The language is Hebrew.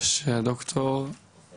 כמו